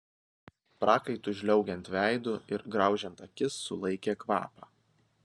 prakaitui žliaugiant veidu ir graužiant akis sulaikė kvapą